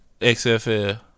XFL